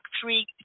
three